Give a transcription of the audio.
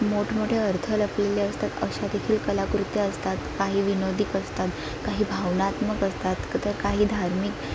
मोठमोठे अर्थ लपलेले असतात अशा देखील कलाकृतीं असतात काही विनोदी असतात काही भावनात्मक असतात काही धार्मिक